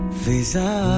visa